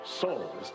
soul